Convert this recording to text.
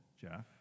Jeff